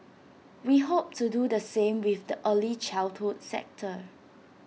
we hope to do the same with the early childhood sector